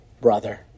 brother